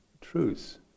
truths